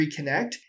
reconnect